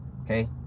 okay